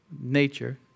nature